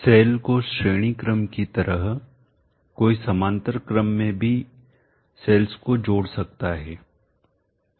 cell को श्रेणी क्रम की तरह कोई समानांतर क्रम में भी सेल्स को जोड़ सकता है